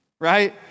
Right